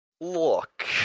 Look